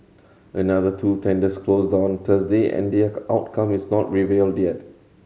another two tenders closed on Thursday and their outcome is not revealed yet